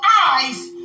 eyes